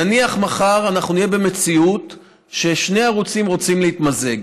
נניח מחר אנחנו נהיה במציאות ששני ערוצים רוצים להתמזג,